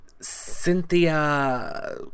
Cynthia